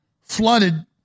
flooded